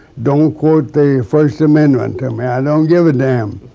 don't quote the first amendment to me. i don't give a damn.